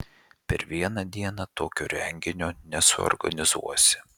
per vieną dieną tokio renginio nesuorganizuosi